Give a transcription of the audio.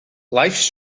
lifes